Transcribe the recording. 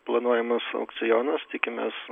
planuojamas aukcionas tikimės